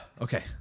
Okay